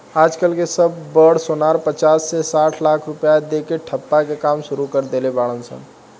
आज कल के सब बड़ सोनार पचास से साठ लाख रुपया दे के ठप्पा के काम सुरू कर देले बाड़ सन